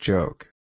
Joke